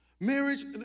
Marriage